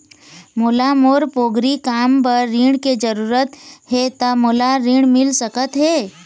मोला मोर पोगरी काम बर ऋण के जरूरत हे ता मोला ऋण मिल सकत हे?